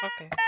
okay